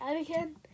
again